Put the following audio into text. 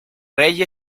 rey